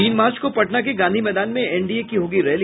तीन मार्च को पटना के गांधी मैदान में एनडीए की होगी रैली